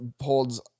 holds